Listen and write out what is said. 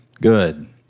Good